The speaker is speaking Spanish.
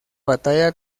batalla